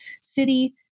city